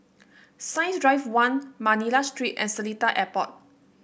Science Drive One Manila Street and Seletar Airport